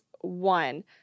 one